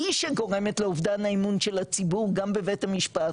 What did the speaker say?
היא שגורמת לאובדן האמון של הציבור גם בבית המשפט.